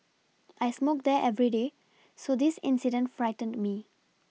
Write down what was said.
I smoke there every day so this incident frightened me